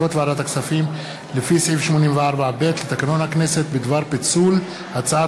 לקריאה שנייה ולקריאה שלישית: הצעת